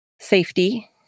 safety